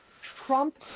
Trump